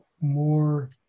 more